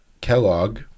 Kellogg